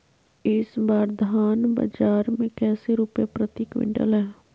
इस बार धान बाजार मे कैसे रुपए प्रति क्विंटल है?